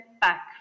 back